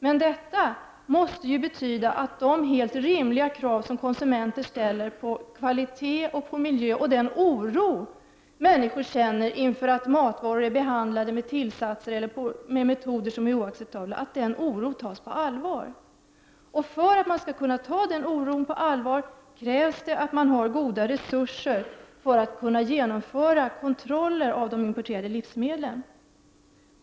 Men det måste betyda att de helt rimliga krav som konsumenter ställer på kvalitet och på miljövänlighet liksom också den oro som människor känner inför att matvaror är behandlade med tillsatser eller med oacceptabla metoder tas på allvar. För att man skall kunna ta den oron på allvar krävs att man har goda resurser för genomförande av kontroller av de importerade livsmedlen.